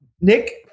Nick